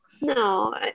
No